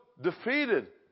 defeated